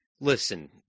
listen